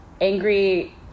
angry